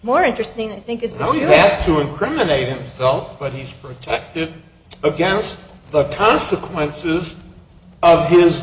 more interesting i think is now he has to incriminate himself but he's protected against the consequences of his